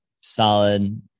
solid